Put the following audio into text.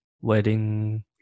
wedding